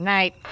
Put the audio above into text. Night